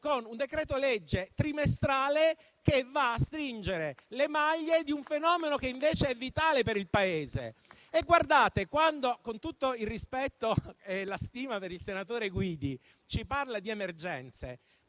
con un decreto-legge trimestrale che va a stringere le maglie di un fenomeno che invece è vitale per il Paese. Con tutto il rispetto e la stima per il senatore Guidi, quando ci parla di emergenze,